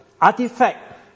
artifact